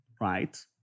right